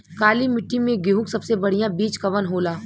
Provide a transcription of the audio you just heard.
काली मिट्टी में गेहूँक सबसे बढ़िया बीज कवन होला?